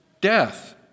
death